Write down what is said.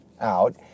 out